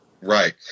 Right